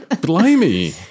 Blimey